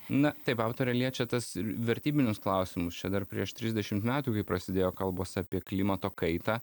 na taip autorė liečia tas vertybinius klausimus čia dar prieš trisdešim metų kai prasidėjo kalbos apie klimato kaitą